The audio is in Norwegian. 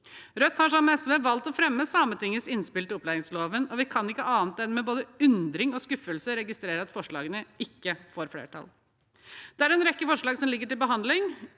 Rødt har sammen med SV valgt å fremme Sametingets innspill til opplæringsloven, og vi kan ikke annet enn med både undring og skuffelse registrere at forslagene ikke får flertall. Det er en rekke forslag som ligger til behandling,